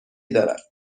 دارد